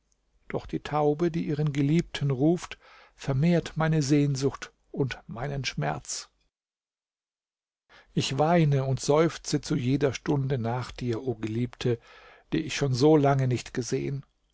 doch die taube die ihren geliebten ruft vermehrt meine sehnsucht und meinen schmerz ich weine und seufze zu jeder stunde nach dir o geliebte die ich schon so lange nicht gesehen